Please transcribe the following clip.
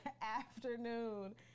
afternoon